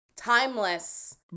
timeless